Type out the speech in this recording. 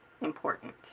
important